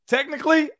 technically